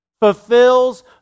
fulfills